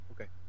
okay